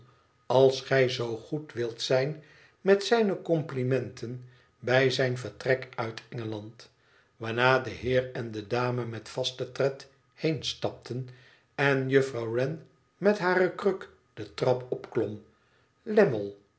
als gij zoo goed wilt zijn met zijne complimenten bij zijn vertrek uit engeland waarna de heer en de dame met vasten tred heenstapten en juffrouw wren met hare kruk de trap opklom